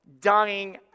dying